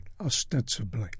ostensibly